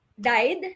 died